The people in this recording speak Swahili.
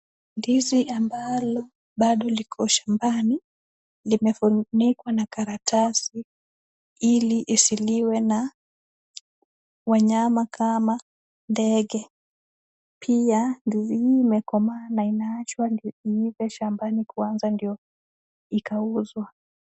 Ndizi ambalo bado liko shambani limefunikwa na karatasi ili isiliwe na wanyama kama ndege pia ndiiz hii imekomaa na inaachwa ive shambani kwanza ndio ikauzwa.